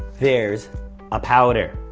there's a powder.